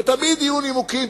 ותמיד יהיו נימוקים,